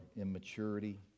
immaturity